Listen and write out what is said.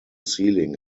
ceiling